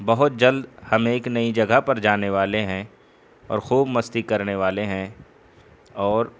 بہت جلد ہم ایک نئی جگہ پر جانے والے ہیں اور خوب مستی کرنے والے ہیں اور